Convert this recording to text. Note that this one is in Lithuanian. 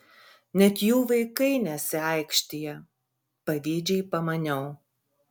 net jų vaikai nesiaikštija pavydžiai pamaniau